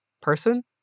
person